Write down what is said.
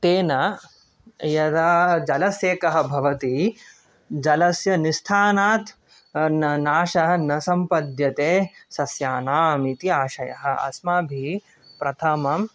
तेन यदा जलसेकः भवति जलस्य निष्ठानात् नाशः न सम्पद्यते सस्यानाम् इति आशयः अस्माभिः प्रथमं